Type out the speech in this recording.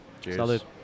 Cheers